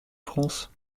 france